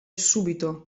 subito